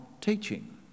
teaching